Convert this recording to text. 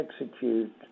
execute